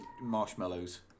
marshmallows